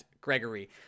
Gregory